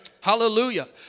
Hallelujah